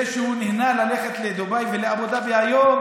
זה שהוא נהנה ללכת לדובאי ולאבו דאבי היום